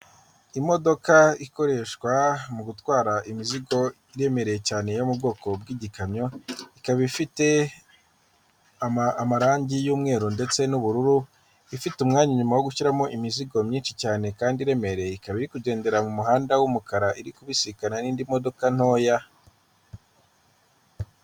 Imodoka ikoreshwa mu gutwara imizigo iremereye cyane yo mu bwoko bw'igikamyo ,ikaba ifite amarangi y'umweru ndetse n'ubururu, ifite umwanya inyuma wo gushyiramo imizigo myinshi cyane kandi iremereye. Ikaba iri kugendera mu muhanda w'umukara iri kubisikana n'indi modoka ntoya.